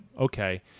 okay